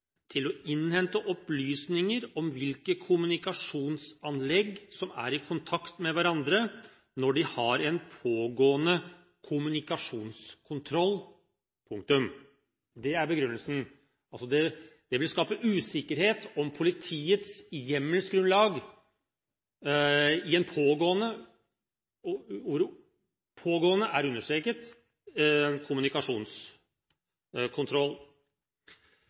til å innhente opplysninger om hvilke kommunikasjonsanlegg som er i kontakt med hverandre, når de har en pågående kommunikasjonskontroll». Det er begrunnelsen. Det vil altså skape usikkerhet om politiets hjemmelsgrunnlag i en pågående – ordet «pågående» er understreket – kommunikasjonskontroll.